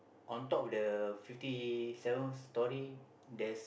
on top of the fifty seventh stories there's